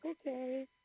okay